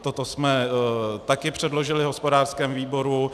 Toto jsme taky předložili hospodářskému výboru.